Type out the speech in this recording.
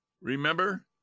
Remember